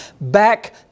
back